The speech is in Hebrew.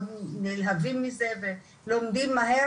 מאוד נלהבים ומתרגשים מזה ולומדים מהר